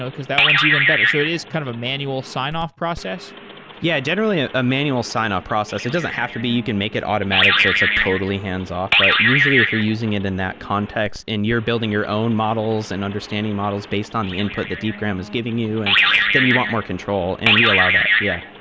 because that one's even better. so it is kind of a manual sign off process yeah. generally, ah a manual sign up process. it doesn't have to be. you can make it automatic, so it's like totally hands-off. but usually if you're using it in that context and you're building your own models and understanding models based on the input that deepgram is giving you, and then you want more control, and we allow that. yeah.